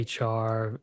HR